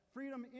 Freedom